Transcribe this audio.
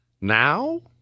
Now